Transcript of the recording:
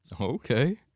Okay